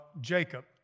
Jacob